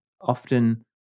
often